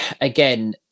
again